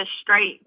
straight